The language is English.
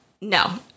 No